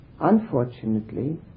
unfortunately